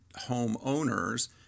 homeowners